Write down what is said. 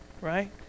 right